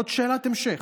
עוד שאלת המשך?